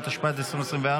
התשפ"ד 2024,